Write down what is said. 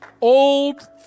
Old